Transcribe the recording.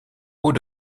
haut